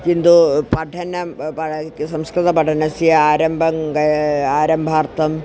किन्तु पठनं पड संस्कृतपठनस्य आरम्भं गा आरम्भार्थम्